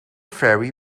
fairy